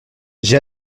j’ai